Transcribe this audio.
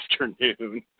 afternoon